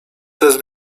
test